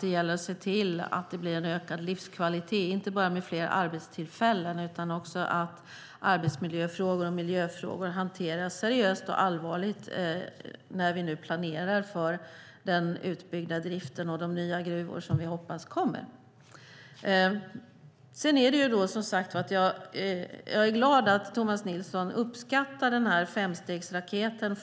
Det gäller att se till att det blir en ökad livskvalitet, inte bara genom fler arbetstillfällen utan också genom att arbetsmiljöfrågor och miljöfrågor hanteras seriöst när vi planerar för den utbyggda driften och de nya gruvor som vi hoppas kommer. Jag är glad att Tomas Nilsson uppskattar femstegsraketen